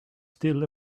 still